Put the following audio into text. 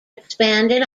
expanded